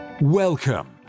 Welcome